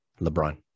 LeBron